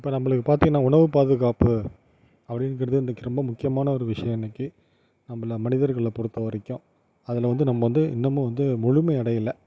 இப்போ நம்மளுக்குப் பார்த்திங்னா உணவுப் பாதுகாப்பு அப்படிங்கிறது இன்றைக்கி ரொம்ப முக்கியமான ஒரு விஷயம் இன்றைக்கி நம்மளை மனிதர்களை பொறுத்தவரைக்கும் அதில் வந்து நம்ம வந்து இன்னமும் வந்து முழுமை அடையலை